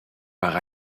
par